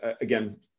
again